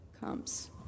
comes